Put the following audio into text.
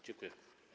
Dziękuję.